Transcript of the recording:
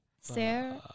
sir